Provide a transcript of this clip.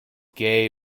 gay